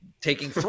taking